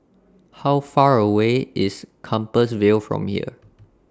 How Far away IS Compassvale from here